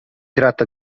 tratta